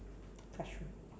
classroom